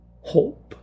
hope